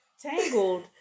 tangled